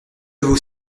vos